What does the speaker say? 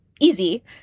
easy